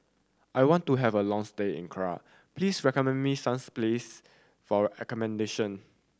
I want to have a long stay in please recommend me some place for accommodation